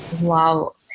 Wow